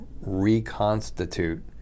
reconstitute